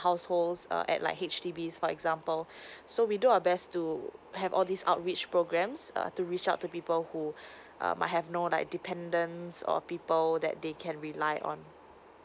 households at like H_D_B for example so we do our best to have all these out reach programs err to reach out to people who uh might have no like dependence or people that they can rely on